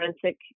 forensic